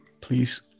please